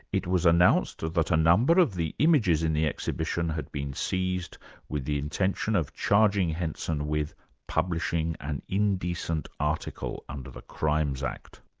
it was announced that but a number of the images in the exhibition had been seized with the intention of charging henson with publishing an indecent article under the crimes act.